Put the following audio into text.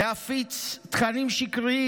להפיץ תכנים שקריים,